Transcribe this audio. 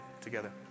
together